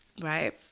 Right